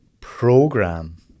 program